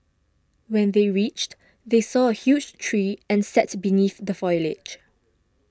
when they reached they saw a huge tree and sat beneath the foliage